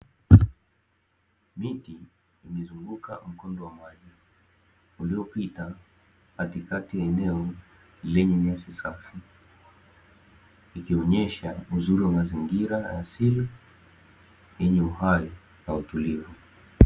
Miti imezunguka mkondo wa maji, uliopita katikati ya eneo lenye nyasi safi. Ikionyesha uzuri wa mazingira ya asili, yenye uhai na utulivu.